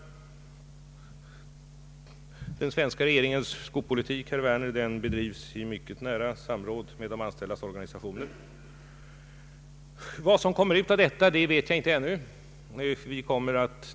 Den svenska regeringens skopolitik bedrivs i mycket nära samråd med de anställdas organisationer. Vad som kan bli resultatet av detta vet jag inte ännu.